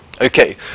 Okay